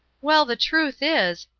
well, the truth is,